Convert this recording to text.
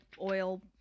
oil